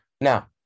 Now